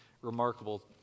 remarkable